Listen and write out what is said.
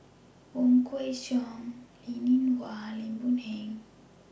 Wong Kwei Cheong Linn in Hua and Lim Boon Heng